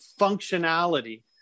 functionality